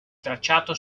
tracciato